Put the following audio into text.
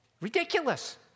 ridiculous